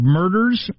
murders